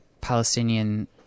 Palestinian